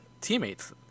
teammates